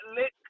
lick